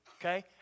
Okay